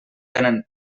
tenen